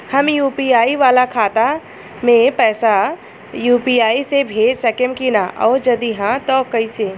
हम बिना यू.पी.आई वाला खाता मे पैसा यू.पी.आई से भेज सकेम की ना और जदि हाँ त कईसे?